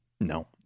No